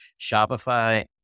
shopify